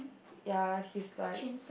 ya he's like